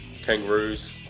Kangaroos